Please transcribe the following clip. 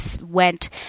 went